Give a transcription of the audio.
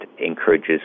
encourages